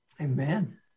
Amen